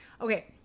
Okay